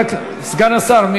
סגן השר.